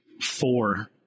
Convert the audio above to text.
four